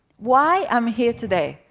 why i'm here today,